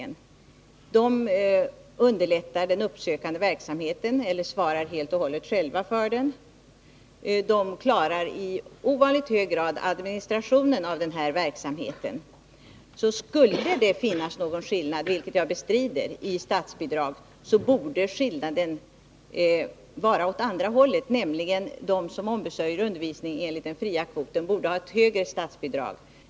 Företagen underlättar den uppsökande verksamheten eller svarar helt och hållet själva för den. De klarar i ovanligt hög grad administrationen av denna verksamhet. Skulle det finnas någon skillnad i statsbidrag — något som jag bestrider — borde skillnaden vara åt andra hållet, nämligen att de som ombesörjer undervisning enligt den fria kvoten skall få högre statsbidrag.